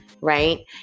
right